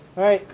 right.